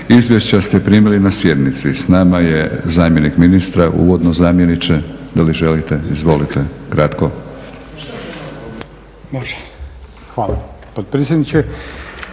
Izvješća ste primili na sjednici. S nama je zamjenik ministra, uvodno zamjeniče da li želite? Izvolite, kratko. **Tonković,